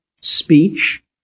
speech